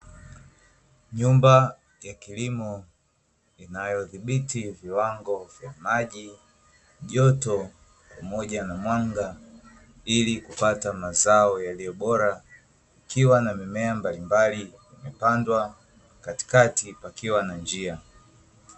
Nyumba ya kilimo, inayodhibiti viwango vya maji, joto pamoja na mwanga ili kupata mazao yaliyo bora, ikiwa na mimea mbalimbali imepandwa, katikati pakiwa na njia.